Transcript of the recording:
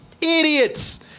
idiots